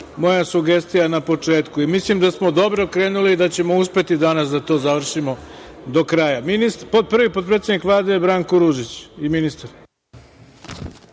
moja sugestija na početku i mislim da smo dobro krenuli da ćemo uspeti danas da to završimo do kraja. Prvi potpredsednik Vlade Branko Ružić i ministar.